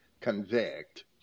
convict